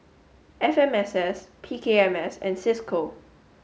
F M S S P K M S and C I S C O